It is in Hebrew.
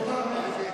ויתרתי.